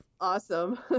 awesome